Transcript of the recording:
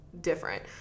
different